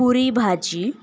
पुरी भाजी